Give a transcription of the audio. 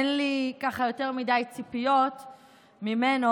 אין לי יותר מדי ציפיות ממנו.